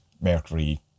Mercury